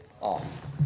off